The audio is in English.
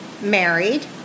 married